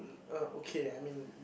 um uh okay I mean